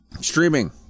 streaming